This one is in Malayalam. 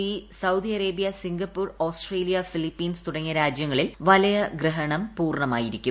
E Saudi Arabia Singapore Australia Philippines തുടങ്ങിയ രാജ്യങ്ങളിൽ വലയ ഗ്രഹണം പൂർണ്ണമായിരിക്കും